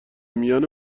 میان